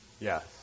Yes